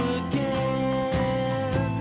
again